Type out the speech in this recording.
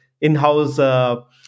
in-house